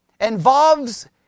involves